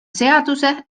seaduse